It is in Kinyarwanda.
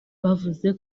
yavuze